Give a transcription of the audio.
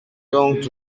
donc